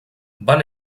van